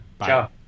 Ciao